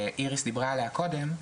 שאיריס דיברה עליה קודם.